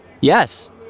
Yes